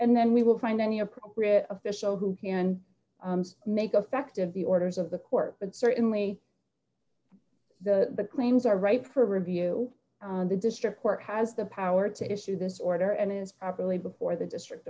and then we will find any appropriate official who and make affect of the orders of the court but certainly the claims are right for review the district court has the power to issue this order and it is properly before the district